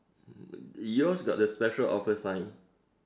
uh yours got the special offer sign